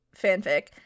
fanfic